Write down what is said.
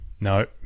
no